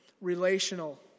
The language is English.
relational